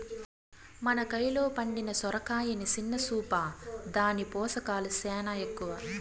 మన కయిలో పండిన సొరకాయని సిన్న సూపా, దాని పోసకాలు సేనా ఎక్కవ